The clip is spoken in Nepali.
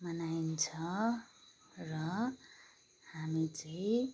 मनाइन्छ र हामी चाहिँ